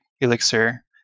Elixir